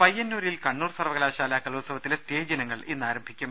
പയ്യന്നൂരിൽ കണ്ണൂർ സർവ്വകലാശാലാ കലോത്സവത്തിലെ സ്റ്റേജ് ഇനങ്ങൾ ഇന്ന് ആരംഭിക്കും